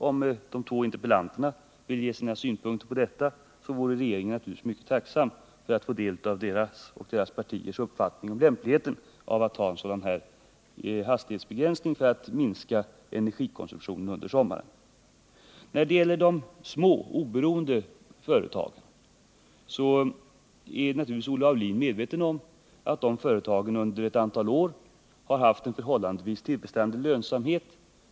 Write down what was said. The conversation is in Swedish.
Om de två interpellanterna vill ge sina synpunkter så är regeringen naturligtvis mycket tacksam att få del av deras och deras partiers uppfattning om lämpligheten av att ha en sådan hastighetsbegränsning för att minska energikonsumtionen under sommaren. När det gäller de små, oberoende företagen så är naturligtvis Olle Aulin medveten om att de under ett antal år haft en förhållandevis tillfredsställande lönsamhet.